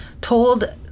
told